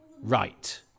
right